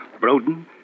Broden